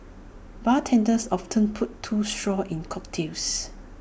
bartenders often put two straws in cocktails